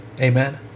Amen